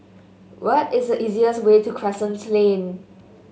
what is the easiest way to Crescent Lane